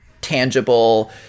tangible